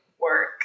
work